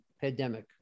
pandemic